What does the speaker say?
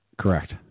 Correct